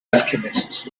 alchemists